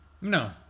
No